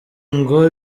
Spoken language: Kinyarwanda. ngo